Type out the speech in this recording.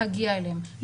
להגיע אליהם,